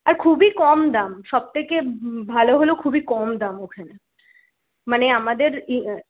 আর খুবই কম দাম সব থেকে ভালো হলো খুবই কম দাম ওখানে মানে আমাদের ইয়ে